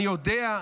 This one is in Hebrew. אני יודע,